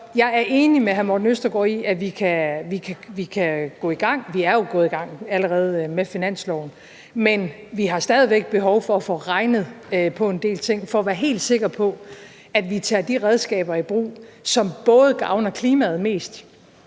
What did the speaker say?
jeg er enig med hr. Morten Østergaard i, at vi kan gå i gang – vi er jo allerede gået i gang med finansloven. Men vi har stadig væk behov for at få regnet på en del ting for at være helt sikker på, at vi tager de redskaber i brug, som både gavner klimaet mest,